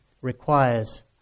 requires